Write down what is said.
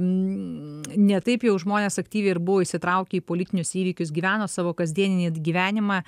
ne taip jau žmonės aktyviai ir buvo įsitraukę į politinius įvykius gyveno savo kasdieninį gyvenimą